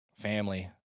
Family